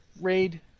raid